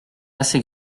assez